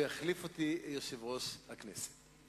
ויחליף אותי יושב-ראש הכנסת.